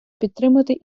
підтримати